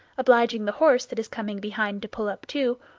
obliging the horse that is coming behind to pull up too,